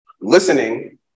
listening